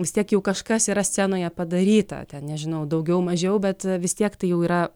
vis tiek jau kažkas yra scenoje padaryta ten nežinau daugiau mažiau bet vis tiek tai jau yra